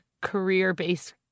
career-based